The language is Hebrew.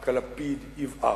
וישועתה כלפיד יבער".